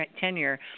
tenure